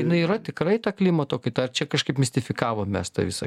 jinai yra tikrai ta klimato kaita ar čia kažkaip mistifikavom mes tą visą